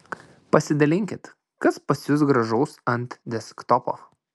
pasidalinkit kas pas jus gražaus ant desktopo